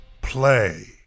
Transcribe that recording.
play